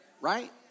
Right